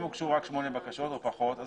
אם הוגשו רק שמונה בקשות או פחות אז